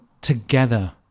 together